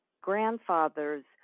grandfather's